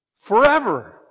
forever